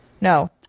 No